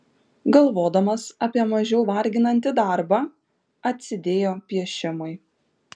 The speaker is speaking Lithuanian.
galvodamas apie mažiau varginantį darbą atsidėjo piešimui